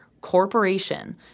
corporation